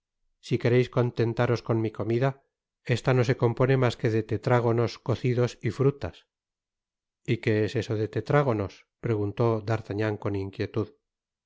si quereis contentaros con mi comida esta no se compone mas que de tetrágonos cocidos y fruias y que es eso de tetrágonos preguntó d'artagnan con inquietud